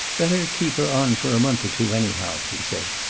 better keep her on for a month or two, anyhow, he said.